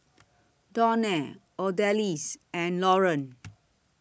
Donell Odalys and Laureen